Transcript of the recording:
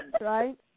right